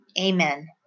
Amen